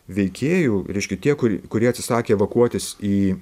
veikėjų reiškia tie kur kurie atsisakė evakuotis į